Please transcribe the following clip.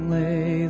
lay